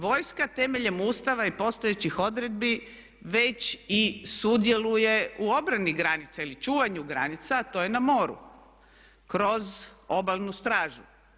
Vojska temeljem Ustava i postojećih odredbi već i sudjeluje u obrani granica ili čuvanju granica a to je na moru kroz obalnu stražu.